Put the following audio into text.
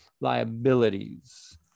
liabilities